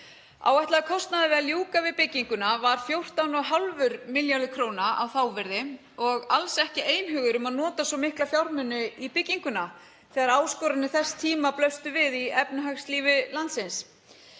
Áætlaður kostnaður við að ljúka við bygginguna var 14,5 milljarður kr. á þávirði og alls ekki einhugur um að nota svo mikla fjármuni í bygginguna þegar áskoranir þess tíma blöstu við í efnahagslífi landsins.